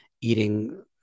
eating